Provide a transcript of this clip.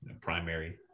primary